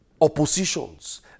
oppositions